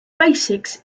basics